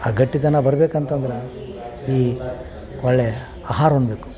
ಆ ಗಟ್ಟಿತನ ಬರ್ಬೇಕಂತಂದ್ರೆ ಈ ಒಳ್ಳೆಯ ಆಹಾರ ಉಣಬೇಕು